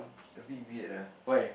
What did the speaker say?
a bit weird ah